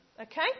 Okay